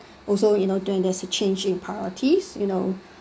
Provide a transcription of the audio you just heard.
also you know doing there's a change in priorities you know